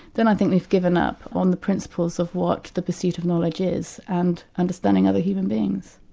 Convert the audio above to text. then i think you've given up on the principles of what the pursuit of knowledge is, and understanding other human beings.